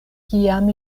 kiam